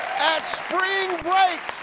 at spring break.